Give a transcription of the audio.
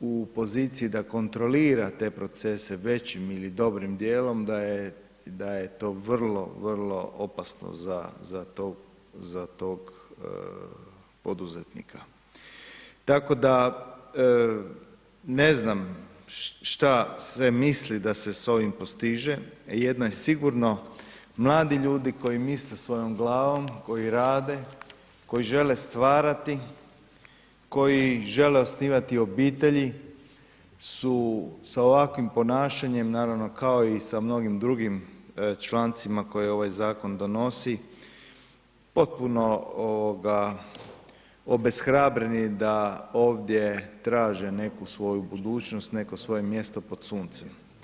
u poziciji da kontrolira te procese većim ili dobrim djelom, da je to vrlo, vrlo opasno za tog poduzetnika tako da ne znam šta se misli da se s ovim postiže a jedno je sigurno, mladi ljudi koji misle svojom glavom, koji rade, koji žele stvarati, koji žele osnivati obitelji su sa ovakvim ponašanjem naravno kao i sa mnogim drugim člancima koje ovaj zakon donosi potpuno obeshrabreni da ovdje traže neku svoju budućnost, neko svoje mjesto pod suncem.